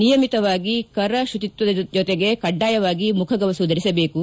ನಿಯಮಿತವಾಗಿ ಕರ ಶುಚಿತ್ತದ ಜೊತೆಗೆ ಕಡ್ಲಾಯವಾಗಿ ಮುಖಗವಸು ಧರಿಸಬೇಕು